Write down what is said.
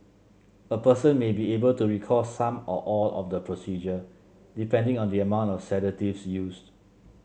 a person may be able to recall some or all of the procedure depending on the amount of sedatives used